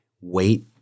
wait